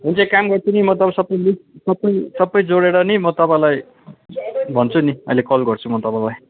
हुन्छ एक काम गर्छु नि म तपाईँलाई सबै लिस्ट सबै सबै जोडेर नै म तपाईँलाई भन्छु नि कल गर्छु म तपाईँलाई